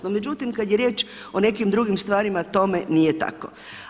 No međutim, kad je riječ o nekim drugim stvarima tome nije tako.